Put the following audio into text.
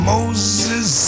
Moses